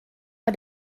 bei